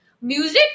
music